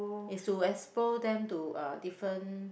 is to expose them to uh different